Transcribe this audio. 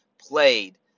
played